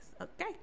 okay